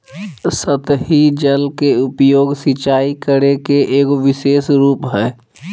सतही जल के उपयोग, सिंचाई करे के एगो विशेष रूप हइ